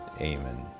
Amen